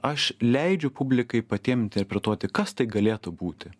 aš leidžiu publikai patiem interpretuoti kas tai galėtų būti